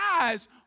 eyes